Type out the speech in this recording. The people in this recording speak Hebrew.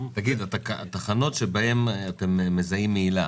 האם אתה יכול לאפיין את התחנות שבהם אתם מזהים מהילה?